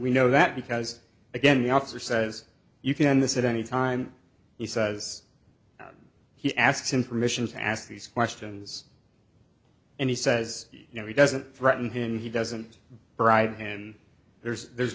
we know that because again the officer says you can end this at any time he says he asks him permission to ask these questions and he says you know he doesn't threaten him he doesn't bride and there's there's